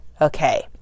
Okay